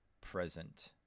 present